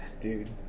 dude